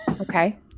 okay